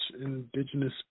indigenous